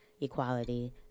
equality